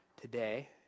today